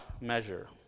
measure